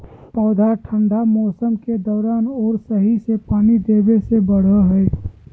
पौधा ठंढा मौसम के दौरान और सही से पानी देबे से बढ़य हइ